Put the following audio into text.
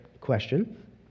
question